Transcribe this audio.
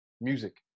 music